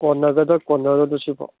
ꯀꯣꯟꯅꯒꯗ꯭ꯔꯥ ꯀꯣꯟꯅꯔꯣꯏꯗ꯭ꯔꯣ ꯁꯤꯕꯣ